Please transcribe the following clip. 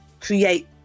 create